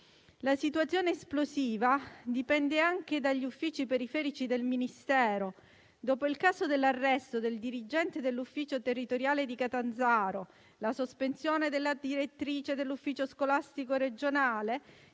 La situazione esplosiva dipende anche dagli uffici periferici del Ministero. Dopo il caso dell'arresto del dirigente dell'ufficio territoriale di Catanzaro, la sospensione della direttrice dell'ufficio scolastico regionale,